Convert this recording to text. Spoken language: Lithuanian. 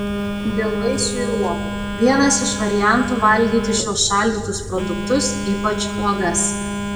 dėl vaisių ir uogų vienas iš variantų valgyti šiuos šaldytus produktus ypač uogas